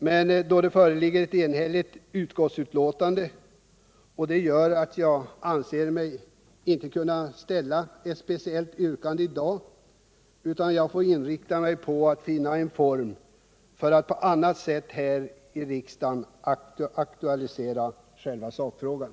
Men det föreligger ett enhälligt utskottsbetänkande, och det gör att jag inte anser mig kunna ställa något speciellt yrkande i dag, utan jag får inrikta mig på att finna en form för att på annat sätt här i riksdagen aktualisera själva sakfrågan.